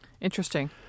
Interesting